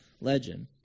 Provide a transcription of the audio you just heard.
Legend